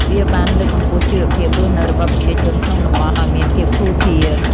វាបានលើកកម្ពស់ជីវភាពរស់នៅរបស់ប្រជាជនក្នុងតំបន់ឱ្យមានភាពធូរធារ។